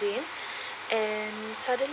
in and sudden